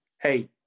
hey